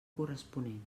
corresponent